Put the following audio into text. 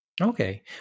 Okay